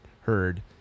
heard